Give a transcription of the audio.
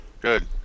Good